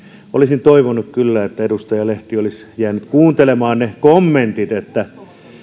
olisin toivonut kyllä että edustaja lehti olisi jäänyt kuuntelemaan ne kommentit että